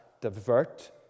divert